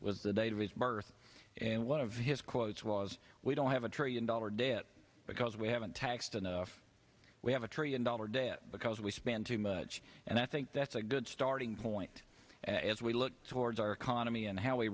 was the date of his birth and one of his quotes was we don't have a trillion dollar debt because we haven't taxed enough we have a trillion dollar debt because we spend too much and i think that's a good starting point and as we look towards our economy and how we